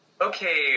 Okay